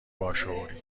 باشعوری